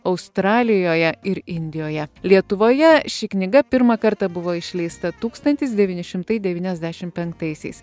australijoje ir indijoje lietuvoje ši knyga pirmą kartą buvo išleista tūkstantis devyni šimtai devyniasdešimt penktaisiais